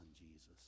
Jesus